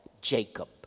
Jacob